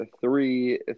three